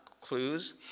clues